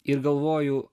ir galvoju